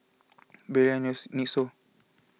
Barilla Nix so